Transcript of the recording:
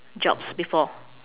jobs before